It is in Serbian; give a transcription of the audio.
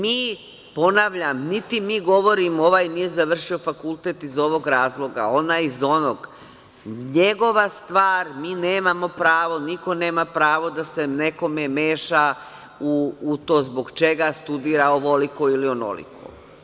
Mi, ponavljam, niti mi govorimo, ovaj nije završio fakultet iz ovog razloga, onaj iz onog, njegova stvar, mi nemamo pravo, niko nema pravo da se nekome meša u to zbog čega studira ovoliko ili onoliko.